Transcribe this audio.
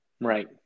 Right